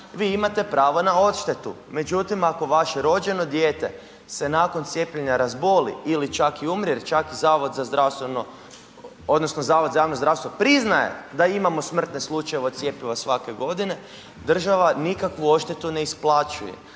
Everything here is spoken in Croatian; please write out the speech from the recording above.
vi imate pravo na odštetu. Međutim ako vaše rođeno dijete se nakon cijepljenja razboli ili čak i umre jer čak zavod za zdravstveno, odnosno Zavod za javno zdravstvo priznaje da imamo smrtne slučajeve od cjepiva svake godine država nikakvu odštetu ne isplaćuje.